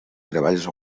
treballs